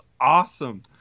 awesome